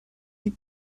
die